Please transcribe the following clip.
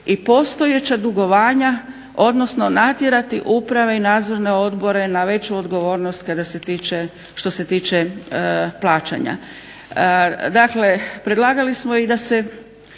i postojeća dugovanja odnosno natjerati uprave i nadzorne odobre na veću odgovornost što se tiče plaćanja. Dakle, predlagali smo da se